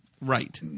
Right